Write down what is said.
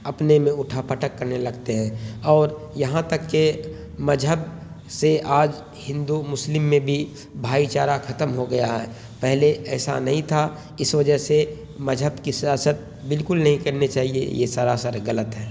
اپنے میں اٹھا پٹک کرنے لگتے ہیں اور یہاں تک کہ مذہب سے آج ہندو مسلم میں بھی بھائی چارہ ختم ہو گیا ہے پہلے ایسا نہیں تھا اس وجہ سے مذہب کی سیاست بالکل نہیں کرنی چاہیے یہ سراسر غلط ہے